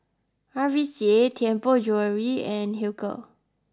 R V C A Tianpo Jewellery and Hilker